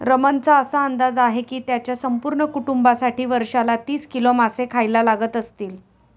रमणचा असा अंदाज आहे की त्याच्या संपूर्ण कुटुंबासाठी वर्षाला तीस किलो मासे खायला लागत असतील